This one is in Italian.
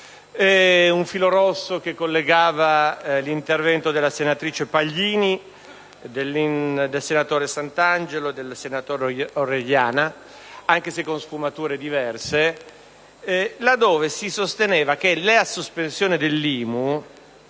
un filo rosso che collega gli interventi della senatrice Paglini e dei senatori Santangelo e Orellana, anche se con sfumature diverse, là dove si sosteneva che la sospensione dell'IMU